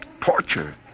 Torture